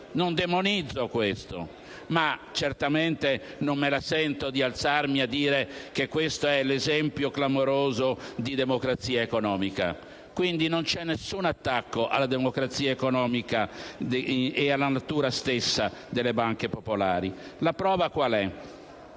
Non demonizzo questo, ma certamente non me la sento dire che questo è l'esempio clamoroso di democrazia economica. Non c'è alcun attacco alla democrazia economica e alla natura stessa delle banche popolari. La riprova qual è?